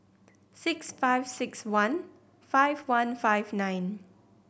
six five six one five one five nine